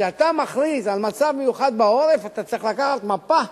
כשאתה מכריז על מצב מיוחד בעורף אתה צריך לקחת מפה,